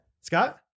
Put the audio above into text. Scott